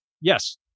Yes